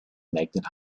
magnet